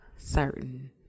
Certain